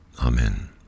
Amen